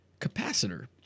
capacitor